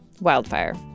wildfire